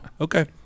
okay